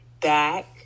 back